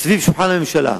סביב שולחן הממשלה,